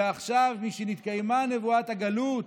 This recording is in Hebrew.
ועכשיו משנתקיימה נבואת הגלות,